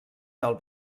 del